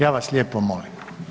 Ja vas lijepo molim.